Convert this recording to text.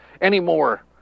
anymore